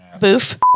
Boof